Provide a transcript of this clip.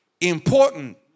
important